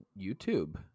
YouTube